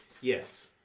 Yes